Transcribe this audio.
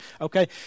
Okay